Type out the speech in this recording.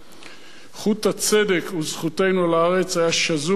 חוט הצדק וזכותנו על הארץ היה שזור במעשיו